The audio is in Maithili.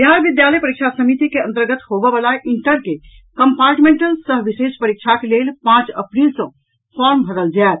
बिहार विद्यालय परीक्षा समिति के अंतर्गत होवयवला इंटर के कम्पार्टमेंटल सह विशेष परीक्षाक लेल पांच अप्रील सँ फार्म भरल जायत